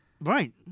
Right